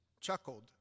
chuckled